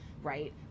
right